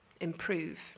improve